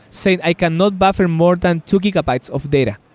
say, i cannot buffer more than two gigabytes of data.